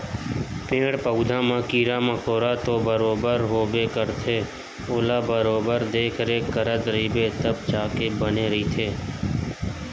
पेड़ पउधा म कीरा मकोरा तो बरोबर होबे करथे ओला बरोबर देखरेख करत रहिबे तब जाके बने रहिथे